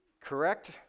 correct